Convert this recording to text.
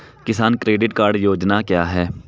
किसान credit card योजना क्या है?